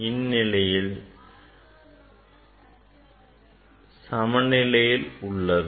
இந்நிலையில் சமநிலையில் உள்ளது